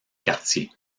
quartier